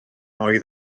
oedd